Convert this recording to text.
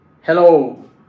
Hello